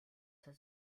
has